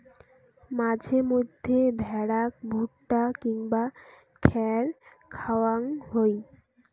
মাঝে মইধ্যে ভ্যাড়াক ভুট্টা কিংবা খ্যার খাওয়াং হই